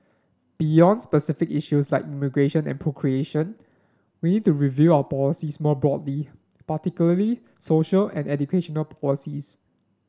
beyond specific issues like immigration and procreation we need to review our policies more broadly particularly social and educational policies